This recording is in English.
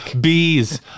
bees